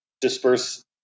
disperse